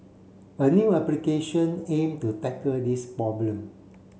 a new application aim to tackle this problem